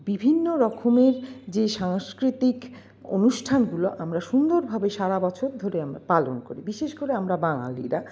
বিভিন্ন রকমের যে সাংস্কৃতিক অনুষ্ঠানগুলো আমরা সুন্দরভাবে সারাবছর ধরে আমরা পালন করি বিশেষ করে আমরা বাঙালিরা